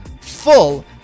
full